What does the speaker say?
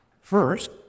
first